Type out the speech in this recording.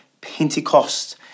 Pentecost